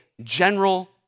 general